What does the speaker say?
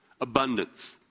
abundance